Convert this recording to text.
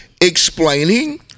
explaining